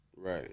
Right